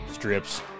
Strips